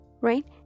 right